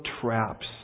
traps